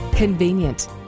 Convenient